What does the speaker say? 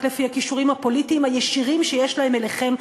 לפי הקישורים הפוליטיים הישירים שיש להם אליכם,